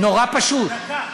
נורא פשוט.